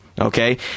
okay